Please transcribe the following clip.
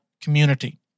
community